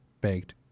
baked